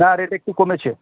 হ্যাঁ রেট একটু কমেছে